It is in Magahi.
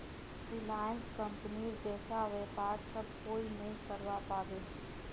रिलायंस कंपनीर जैसा व्यापार सब कोई नइ करवा पाबे